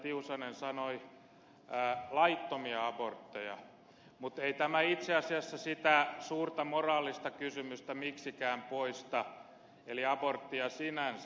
tiusanen sanoi laittomia abortteja mutta ei tämä itse asiassa sitä suurta moraalista kysymystä miksikään muuta eli aborttia sinänsä